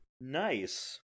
Nice